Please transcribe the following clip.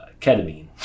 Ketamine